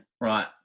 right